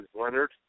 Leonard